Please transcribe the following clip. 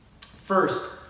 First